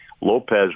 Lopez